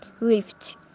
lift